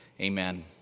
amen